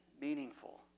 meaningful